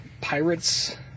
pirate's